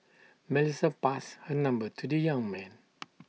Melissa passed her number to the young man